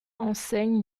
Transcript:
enseigne